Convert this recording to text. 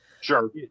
Sure